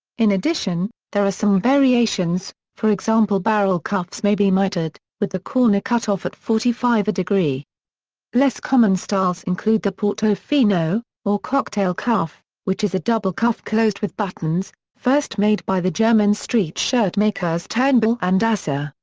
in addition, there are some variations, for example barrel cuffs may be mitred, with the corner cut off at forty five deg. less common styles include the portofino, or cocktail cuff, which is a double cuff closed with buttons, first made by the jermyn street shirtmakers turnbull and asser,